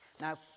Now